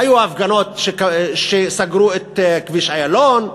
היו הפגנות שסגרו את כביש איילון.